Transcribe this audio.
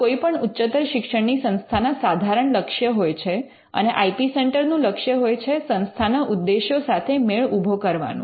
આ કોઈપણ ઉચ્ચતર શિક્ષણની સંસ્થા ના સાધારણ લક્ષ્ય હોય છે અને આઇ પી સેન્ટર નુ લક્ષ્ય હોય છે સંસ્થાના ઉદ્દેશો સાથે મેળ ઉભો કરવાનું